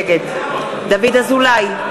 נגד דוד אזולאי,